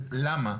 למה,